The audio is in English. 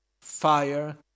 fire